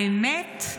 אדוני השר, האמת,